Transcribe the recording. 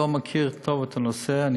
אני לא מכיר היטב את הנושא.